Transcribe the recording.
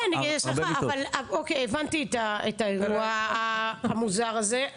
אוקיי, הבנתי את האירוע המוזר הזה.